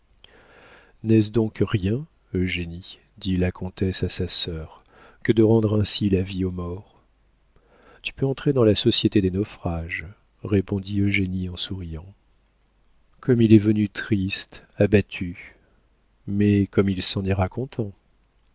n'est-ce donc rien eugénie dit la comtesse à sa sœur que de rendre ainsi la vie aux morts tu peux entrer dans la société des naufrages répondit eugénie en souriant comme il est venu triste abattu mais comme il s'en ira content